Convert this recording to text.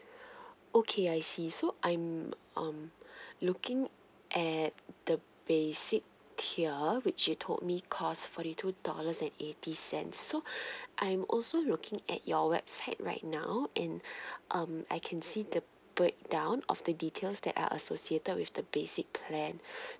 okay I see so I'm um looking at the basic tier which you told me cost forty two dollars and eighty cents so I'm also looking at your website right now and um I can see the breakdown of the details that are associated with the basic plan